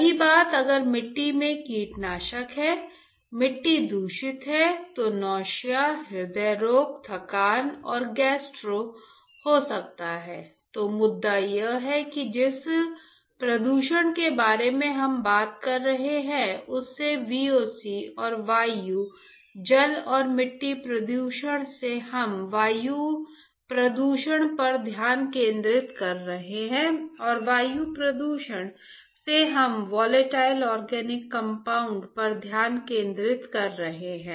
वही बात अगर मिट्टी में कीटनाशक है मिट्टी दूषित है तो नौसिया हृदय रोग थकान और गैस्ट्रो हो सकता है पर ध्यान केंद्रित कर रहे हैं